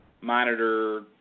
monitor